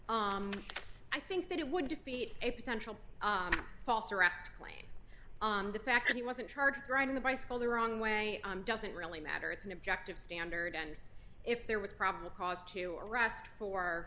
i think that it would defeat a potential false arrest claim the fact that he wasn't charged riding the bicycle the wrong way on doesn't really matter it's an objective standard and if there was probable cause to arrest for